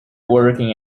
working